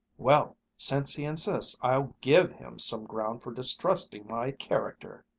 well, since he insists, i'll give him some ground for distrusting my character!